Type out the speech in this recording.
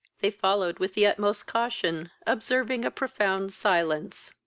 they followed with the utmost caution, observing a profound silence.